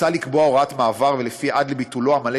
מוצע לקבוע הוראת מעבר ולפיה עד לביטולו המלא